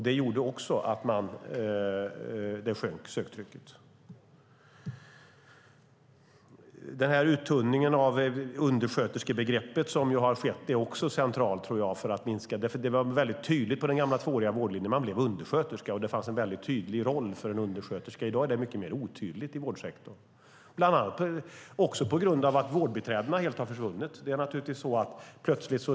Det gjorde att söktrycket sjönk. Uttunningen av undersköterskebegreppet som har skett tror jag också är central. Den tidigare tvååriga vårdlinjen var väldigt tydlig - man blev undersköterska, och den rollen var tydlig. I dag är det mycket mer otydligt i vårdsektorn, vilket bland annat beror på att vårdbiträdena helt har försvunnit.